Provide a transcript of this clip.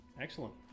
Excellent